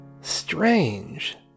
Strange